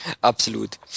Absolut